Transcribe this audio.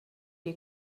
you